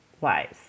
wise